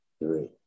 three